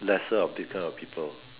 lesser of this kind of people